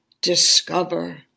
discover